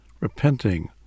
repenting